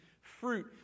fruit